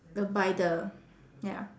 the by the ya